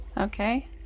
Okay